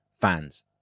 fans